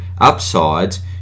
upsides